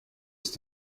ist